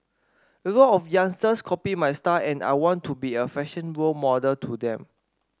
a lot of youngsters copy my style and I want to be a fashion role model to them